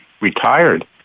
retired